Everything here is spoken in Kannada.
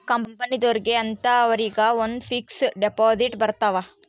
ಕಂಪನಿದೊರ್ಗೆ ಅಂತ ಅವರಿಗ ಒಂದ್ ಫಿಕ್ಸ್ ದೆಪೊಸಿಟ್ ಬರತವ